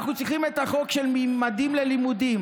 אנחנו צריכים את החוק של ממדים ללימודים,